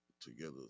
together